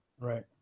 Right